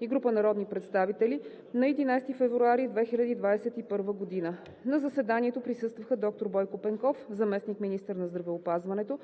и група народни представители на 11 февруари 2021 г. На заседанието присъстваха: доктор Бойко Пенков, заместник-министър на здравеопазването;